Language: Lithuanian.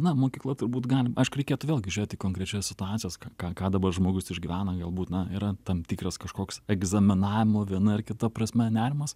na mokykla turbūt galim aišku reikėtų vėlgi žiūrėti į konkrečias situacijas ką ką dabar žmogus išgyvena galbūt na yra tam tikras kažkoks egzaminavimo viena ar kita prasme nerimas